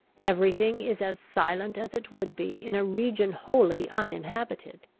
every thing is as silent as it would be in a region wholly uninhabited.